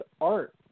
art